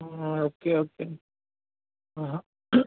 okay okay